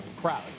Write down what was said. crowd